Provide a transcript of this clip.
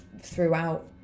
throughout